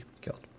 killed